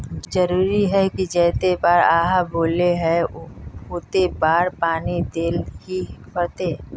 जरूरी है की जयते बार आहाँ बोले है होते बार पानी देल ही पड़ते?